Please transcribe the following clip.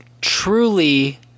truly